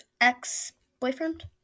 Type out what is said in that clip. ex-boyfriend